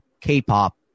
K-pop